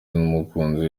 n’umukunzi